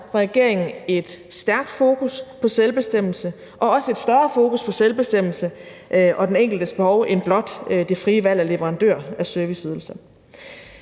regeringen et stærkt fokus på selvbestemmelse og også et fokus på selvbestemmelse og den enkeltes behov, der rækker ud over det frie valg af leverandør af serviceydelser.